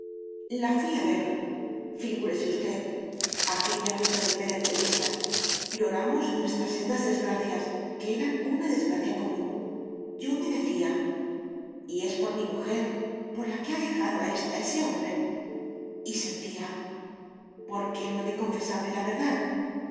la fuí a ver figúrese usted aquella nuestra primera entrevista lloramos nuestras sendas desgracias que eran una desgracia común yo me decía y es por mi mujer por la que ha dejado a ésta ese hombre y sentía por qué no he de confesarle la verdad